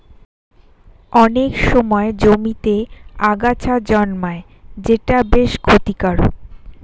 অনেক সময় জমিতে আগাছা জন্মায় যেটা বেশ ক্ষতিকারক